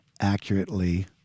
accurately